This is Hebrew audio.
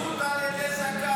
מגלגלים זכות על ידי זכאי.